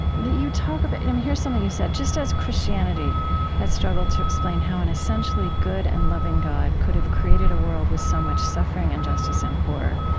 you talk about yeah here's something you said just as christianity has struggled to explain how an essentially good and loving god could have created a world with so much suffering, injustice, and horror,